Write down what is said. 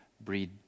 breed